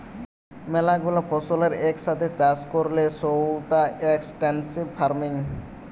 ম্যালা গুলা ফসলের এক সাথে চাষ করলে সৌটা এক্সটেন্সিভ ফার্মিং